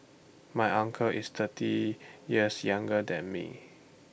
my uncle is thirty years younger than me